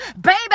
Baby